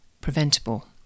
preventable